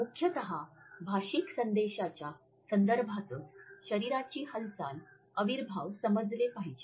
मुख्यतः भाषिक संदेशाच्या संदर्भातच शरीराची हालचाल अविर्भाव समजले पाहिजेत